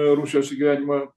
rusijos įgyvendinama